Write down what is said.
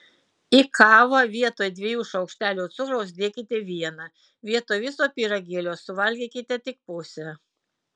į kavą vietoj dviejų šaukštelių cukraus dėkite vieną vietoj viso pyragėlio suvalgykite tik pusę